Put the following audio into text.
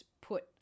put